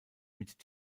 mit